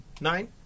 Nine